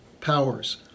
powers